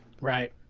Right